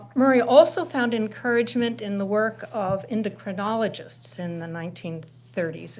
murray also found encouragement in the work of endocrinologists in the nineteen thirty s,